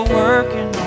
working